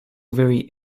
very